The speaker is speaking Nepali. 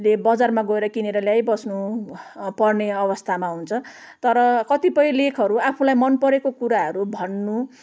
ले बजारमा गएर किनेर ल्याइबस्नु पर्ने अवस्थामा हुन्छ तर कतिपय लेखहरू आफूलाई मन परेको कुराहरू भन्नु